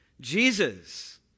Jesus